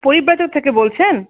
পরিব্রাজক থেকে বলছেন